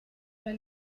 ole